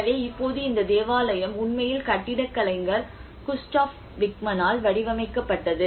எனவே இப்போது இந்த தேவாலயம் உண்மையில் கட்டிடக் கலைஞர் குஸ்டாஃப் விக்மனால் வடிவமைக்கப்பட்டது